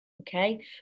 Okay